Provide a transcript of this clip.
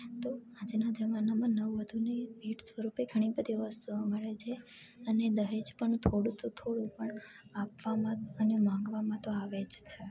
તો આજના જમાનમાં નવ વધુને ભેટ સ્વરૂપે ઘણી બધી વસ્તુઓ મળે છે અને દહેજ પણ થોડું તો થોડું પણ આપવામાં અને માંગવામાં તો આવે જ છે